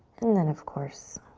and then, of course